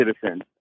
citizen